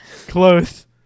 Close